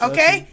Okay